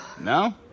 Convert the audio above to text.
No